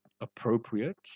appropriate